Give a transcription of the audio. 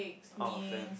out of ten